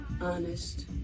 honest